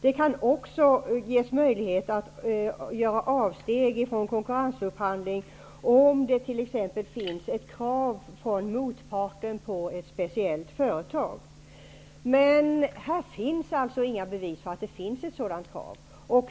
Det kan också ges möjlighet att göra avsteg från konkurrensupphandling om det t.ex. finns krav från motparten på ett speciellt företag. Men här finns inga bevis för att det finns ett sådant krav.